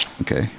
Okay